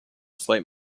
slight